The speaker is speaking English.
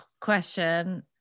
question